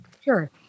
Sure